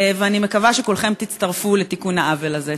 ואני מקווה שכולכם תצטרפו לתיקון העוול הזה.